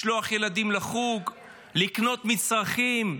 לשלוח ילדים לחוג, לקנות מצרכים.